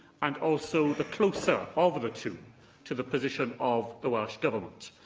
and also the closer of the two to the position of the welsh government.